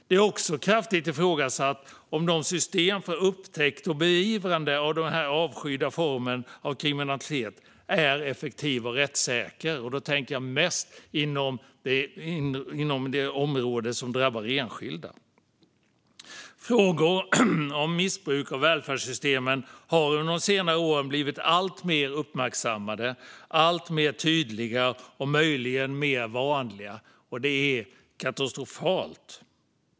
Det är också kraftigt ifrågasatt om systemet för upptäckt och beivrande av den här avskydda formen av kriminalitet är effektivt och rättssäkert, och då tänker jag mest inom de områden som drabbar enskilda. Frågor om missbruk av välfärdssystemen har under de senaste åren blivit alltmer uppmärksammade, alltmer tydliga och möjligen mer vanliga. Detta är katastrofalt.